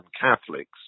Catholics